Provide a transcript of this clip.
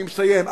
אני מסיים.